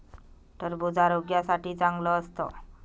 टरबूज आरोग्यासाठी चांगलं असतं